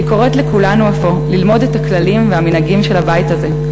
אני קוראת לכולנו אפוא ללמוד את הכללים והמנהגים של הבית הזה,